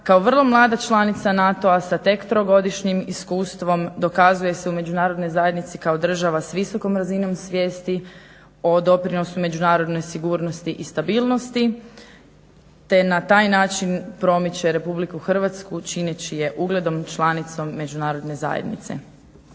kao vrlo mlada članica NATO-a sa tek trogodišnjim iskustvom dokazuje se u međunarodnoj zajednici kao država s visokom razinom svijesti. O doprinosu međunarodnoj sigurnosti i stabilnosti, te na taj način promiče Republiku Hrvatsku čineći je uglednom članicom međunarodne zajednice.